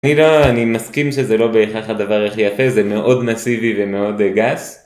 אני לא... אני מסכים שזה לא בהכרח הדבר הכי יפה, זה מאוד מסיבי ומאוד גס.